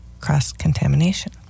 cross-contamination